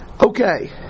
Okay